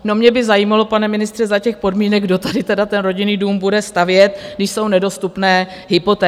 No, mě by zajímalo, pane ministře, za těch podmínek, kdo tady tedy ten rodinný dům bude stavět, když jsou nedostupné hypotéky.